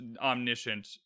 omniscient